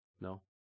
No